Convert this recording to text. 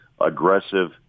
aggressive